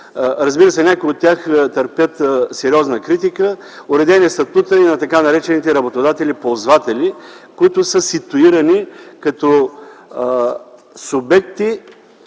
разбира се, някои от тях търпят сериозна критика. Уреден е и статутът на така наречените работодатели-ползватели, ситуирани като субекти,